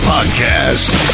Podcast